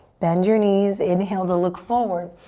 bend your knees, inhale to look forward.